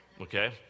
okay